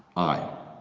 i,